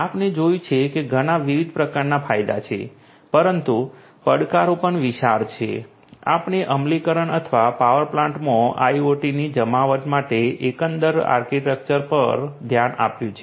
આપણે જોયું છે કે ઘણા વિવિધ પ્રકારના ફાયદા છે પરંતુ પડકારો પણ વિશાળ છે આપણે અમલીકરણ અથવા પાવર પ્લાન્ટ્સમાં IoT ની જમાવટ માટે એકંદર આર્કિટેક્ચર પર પણ ધ્યાન આપ્યું છે